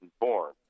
born